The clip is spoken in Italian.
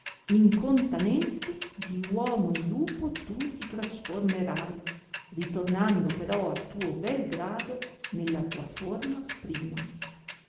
incontanente di uomo in lupo tu ti trasformerai ritornando però a tuo bel grado nella tua forma prima